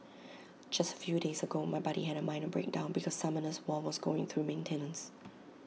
just A few days ago my buddy had A minor breakdown because Summoners war was going through maintenance